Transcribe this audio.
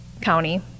county